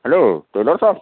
hello tailor Sahib